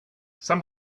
some